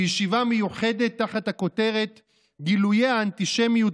בישיבה מיוחדת תחת הכותרת "גילויי האנטישמיות